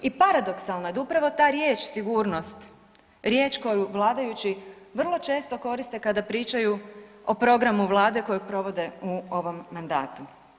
I paradoksalno je da upravo ta riječ sigurnost, riječ koju vladajući vrlo često koriste kada pričaju o programu Vlade koji provode u ovom mandatu.